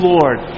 Lord